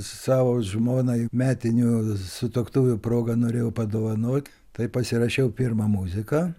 savo žmonai metinių sutuoktuvių proga norėjau padovanot tai pasirašiau pirma muziką